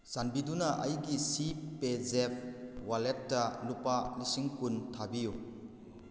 ꯆꯥꯟꯕꯤꯗꯨꯅ ꯑꯩꯒꯤ ꯁꯤ ꯄꯦꯖꯦꯞ ꯋꯥꯂꯦꯠꯇ ꯂꯨꯄꯥ ꯂꯤꯁꯤꯡ ꯀꯨꯟ ꯊꯥꯕꯤꯌꯨ